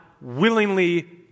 willingly